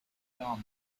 dumb